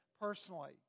personally